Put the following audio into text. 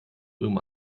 ulm